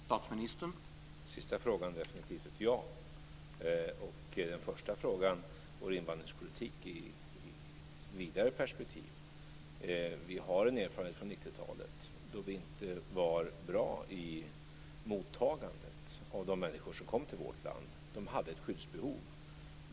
Herr talman! På den sista frågan är mitt svar definitivt ett ja. Den första frågan om vår invandringspolitik vill jag svara på i ett vidare perspektiv. Vi har en erfarenhet från 90-talet då vi inte var bra vid mottagandet av de människor som kom till vårt land. De hade ett skyddsbehov.